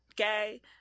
okay